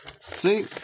See